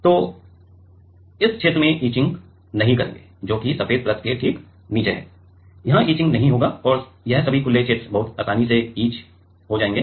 तो इस क्षेत्र में हम इचिंग नहीं करेंगे जो कि सफेद परत के ठीक नीचे है यहाँ इचिंग नहीं होगा और यह सभी खुले क्षेत्र बहुत आसानी से इचिंग हो जाएंगे